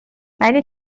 ولی